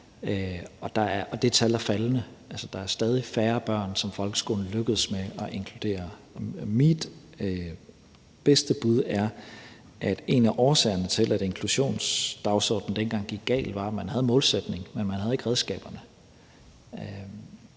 og det tal er faldende, så der er stadig færre børn, som folkeskolen lykkes med at inkludere. Mit bedste bud er, at en af årsagerne til, at inklusionsdagsordenen dengang gik galt, var, at man havde en målsætning, men man havde ikke redskaberne,